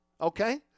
Okay